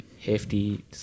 Hefty